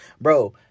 bro